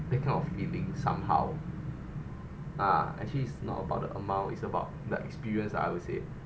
that kind of feeling somehow ah actually it's not about the amount is about the experience ah I would say